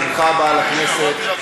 ברוכה הבאה לכנסת.